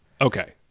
okay